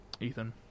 Ethan